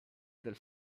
del